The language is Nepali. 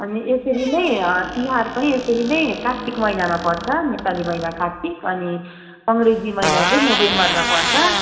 अनि यसरी नै तिहार पनि यसरी नै कात्तिक महिनामा पर्छ नेपाली महिना कात्तिक अनि अङ्ग्रेजी महिना चाहिँ नोभेम्बरमा पर्छ